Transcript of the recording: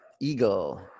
eagle